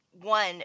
one